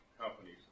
companies